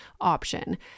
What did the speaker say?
option